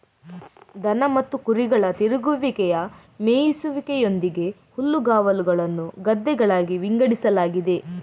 ದನ ಮತ್ತು ಕುರಿಗಳ ತಿರುಗುವಿಕೆಯ ಮೇಯಿಸುವಿಕೆಯೊಂದಿಗೆ ಹುಲ್ಲುಗಾವಲುಗಳನ್ನು ಗದ್ದೆಗಳಾಗಿ ವಿಂಗಡಿಸಲಾಗಿದೆ